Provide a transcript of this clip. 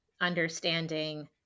understanding